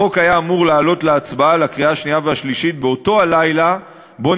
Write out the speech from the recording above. החוק היה אמור לעלות להצבעה בקריאה השנייה והשלישית באותו הלילה שבו